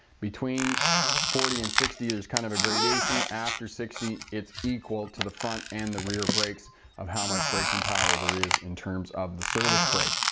between forty and sixty is kind of a gradation. after sixty it's equal to the front and the rear brakes of how much braking power there is in terms of the service brakes.